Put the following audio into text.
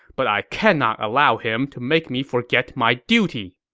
but i cannot allow him to make me forget my duty!